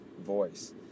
voice